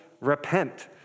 repent